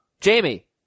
Jamie